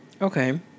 Okay